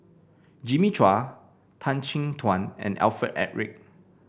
Jimmy Chua Tan Chin Tuan and Alfred Eric